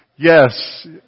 Yes